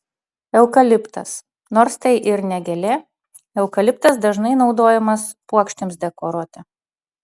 eukaliptas nors tai ir ne gėlė eukaliptas dažnai naudojamas puokštėms dekoruoti